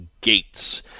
Gates